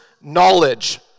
knowledge